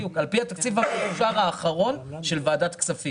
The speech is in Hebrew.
בדיוק, על פי התקציב המאושר של ועדת כספים.